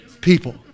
people